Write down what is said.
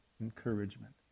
encouragement